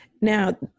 Now